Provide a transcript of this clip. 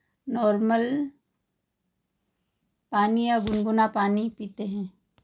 normal पानी या गुनगुना पानी पीते हैं